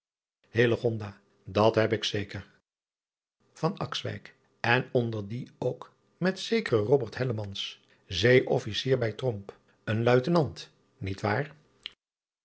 at heb ik zeker n onder die ook met zekeren ee fficier bij een uitenant niet waar